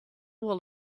wol